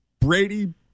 Brady